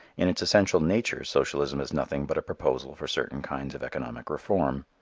in its essential nature socialism is nothing but a proposal for certain kinds of economic reform.